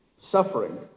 suffering